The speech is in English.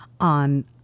on